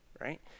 right